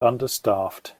understaffed